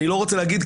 אני לא רוצה להגיד,